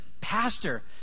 pastor